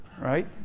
right